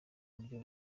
buryo